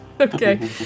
Okay